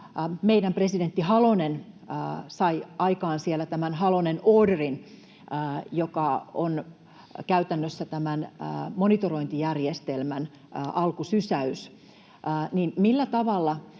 meidän presidenttimme, Halonen, sai aikaan siellä Halonen Orderin, joka on käytännössä tämän monitorointijärjestelmän alkusysäys,